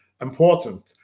important